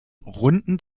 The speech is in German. runden